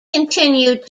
continued